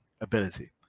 ability